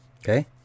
Okay